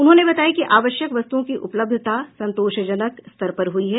उन्होंने बताया कि आवश्यक वस्तुओं की उपलब्धता संतोषजनक स्तर पर हुई है